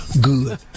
Good